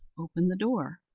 opened the door,